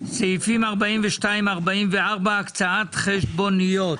סעיפים 44-42, הקצאת חשבוניות.